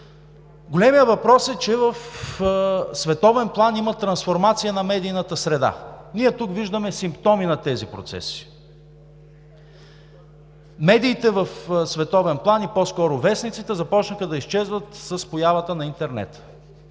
Големият въпрос е, че в световен план има трансформация на медийната среда. Ние тук виждаме симптоми на тези процеси. Медиите в световен план, и по-скоро вестниците, започнаха да изчезват с появата на интернет.